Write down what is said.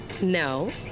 No